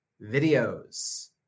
videos